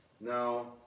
Now